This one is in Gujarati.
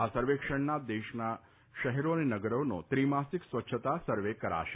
આ સર્વેક્ષણાં દેશના શહેરો અને નગરોનો ત્રિમાસિક સ્વચ્છતા સર્વે કરાશે